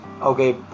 okay